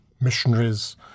missionaries